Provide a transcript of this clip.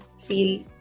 feel